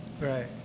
right